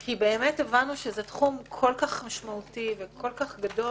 כי באמת הבנו שזה תחום כל כך משמעותי וכל כך גדול